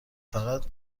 فقط